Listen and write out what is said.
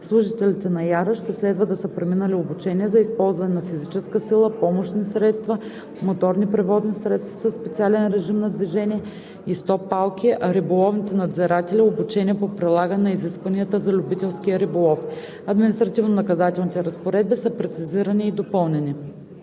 аквакултури ще следва да са преминали обучение за използване на физическа сила, помощни средства, моторни превозни средства със специален режим на движение и стоп-палки, а риболовните надзиратели – обучение по прилагане на изискванията за любителския риболов. Административнонаказателните разпоредби са прецизирани и допълнени.